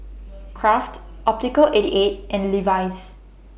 Kraft Optical eighty eight and Levis